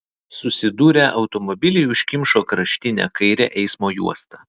susidūrę automobiliai užkimšo kraštinę kairę eismo juostą